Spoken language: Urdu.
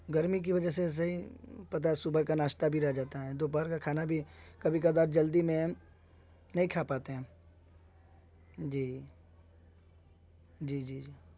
گرمی کی وجہ سے صحیح پتا ہے صبح کا ناشتہ بھی رہ جاتا ہے دوپہر کا کھانا بھی کبھی کھار جلدی میں نہیں کھا پاتے ہیں جی جی جی جی